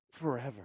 forever